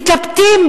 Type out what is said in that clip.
מתלבטים,